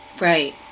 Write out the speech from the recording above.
Right